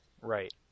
Right